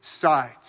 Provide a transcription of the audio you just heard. sides